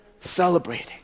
celebrating